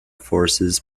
forces